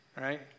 Right